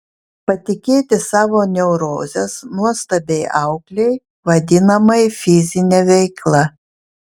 patikėti savo neurozes nuostabiai auklei vadinamai fizine veikla